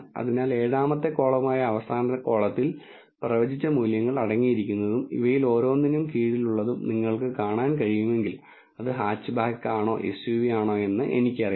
അതിനാൽ 7 ാമത്തെ കോളമായ അവസാന കോളത്തിൽ പ്രവചിച്ച മൂല്യങ്ങൾ അടങ്ങിയിരിക്കുന്നതും ഇവയിൽ ഓരോന്നിനും കീഴിലുള്ളതും നിങ്ങൾക്ക് കാണാൻ കഴിയുമെങ്കിൽ അത് ഹാച്ച്ബാക്ക് ആണോ എസ്യുവിയാണോ എന്ന് എനിക്കറിയാം